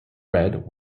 red